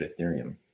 Ethereum